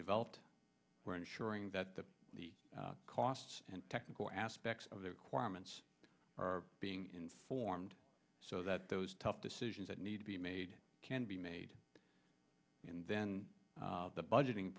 developed we're ensuring that the costs and technical aspects of the requirements are being informed so that those tough decisions that need to be made can be made and then the budgeting